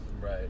right